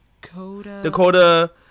Dakota